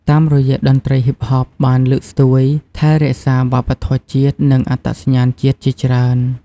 តាមរយៈតន្ត្រីហ៊ីបហបបានលើកស្ទួយ ថែរក្សាវប្បធម៌ជាតិ និងអត្តសញ្ញាណជាតិជាច្រើន។